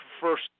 first